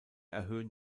erhöhen